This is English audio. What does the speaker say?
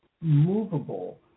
movable